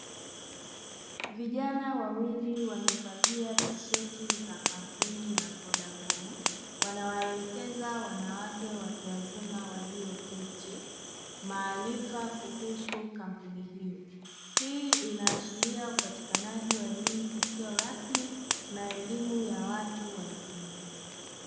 Vijana wawili wamevalia tisheti za kampuni ya Vodacom, wanawaelekeza wanawake watu wazima walioketi maarifa kuhusu kampuni hiyo. Hii inaashiria upatikanaji wa elimu isiyo rasmi na elimu ya watu wazima.